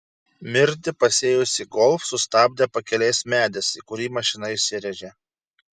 mirtį pasėjusį golf sustabdė pakelės medis į kurį mašina įsirėžė